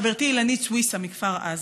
חברתי אילנית סויסה מכפר עזה: